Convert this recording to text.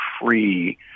free